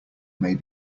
may